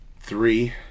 Three